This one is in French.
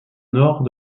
nord